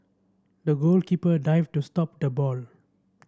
the goalkeeper dived to stop the ball